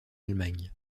allemagne